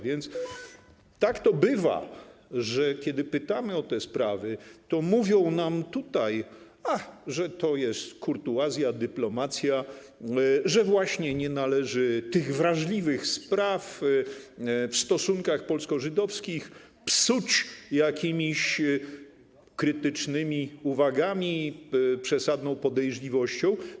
Więc tak to bywa, że kiedy pytamy o te sprawy, to mówią nam, że to jest kurtuazja, dyplomacja, że nie należy tych wrażliwych spraw w stosunkach polsko-żydowskich psuć jakimiś krytycznymi uwagami, przesadną podejrzliwością.